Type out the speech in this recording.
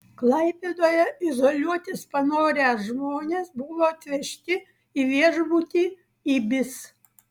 klaipėdoje izoliuotis panorę žmonės buvo atvežti į viešbutį ibis